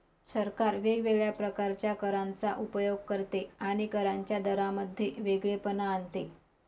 सरकार वेगवेगळ्या प्रकारच्या करांचा उपयोग करते आणि करांच्या दरांमध्ये वेगळेपणा आणते